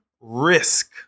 risk